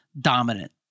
dominant